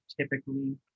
typically